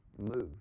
Move